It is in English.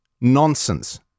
Nonsense